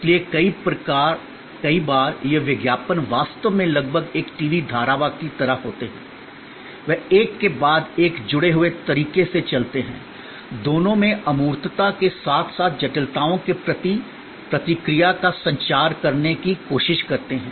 इसलिए कई बार ये विज्ञापन वास्तव में लगभग एक टीवी धारावाहिक की तरह होते हैं वे एक के बाद एक जुड़े हुए तरीके से चलते हैं दोनों में अमूर्तता के साथ साथ जटिलताओं के प्रति प्रतिक्रिया का संचार करने की कोशिश करते हैं